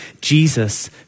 Jesus